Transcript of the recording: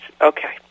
Okay